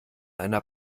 einer